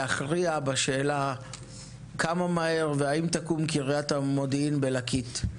להכריע בשאלה כמה מהר והאם תקום קריית המודיעין בליקית.